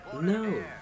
No